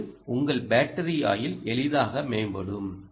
அதாவது உங்கள் பேட்டரி ஆயுள் எளிதாக மேம்படும்